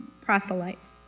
proselytes